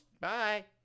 Bye